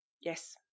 yes